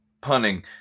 punning